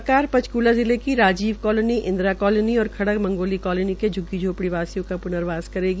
सरकार पंचक्ला जिले की राजीव कालोनी इन्द्राकालोनी और खड़ग मंगोली कॉलोनी के झुग्गी झोपड़ी वासियों का पूर्नवास करेगी